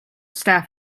staff